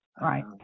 Right